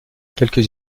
quelques